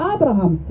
Abraham